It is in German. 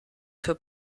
für